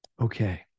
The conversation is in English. Okay